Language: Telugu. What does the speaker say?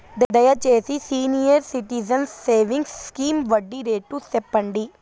దయచేసి సీనియర్ సిటిజన్స్ సేవింగ్స్ స్కీమ్ వడ్డీ రేటు సెప్పండి